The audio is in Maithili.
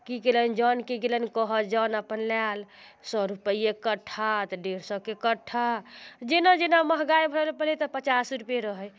की केलनि जौनके गेलनि कहऽ जौन अपन आयल सए रुपैये कट्ठा तऽ डेढ़ सएके कट्ठा जेना जेना महगाइ भेलै पहिले तऽ पचासे रुपैये रहै